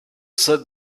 said